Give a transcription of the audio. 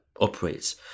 operates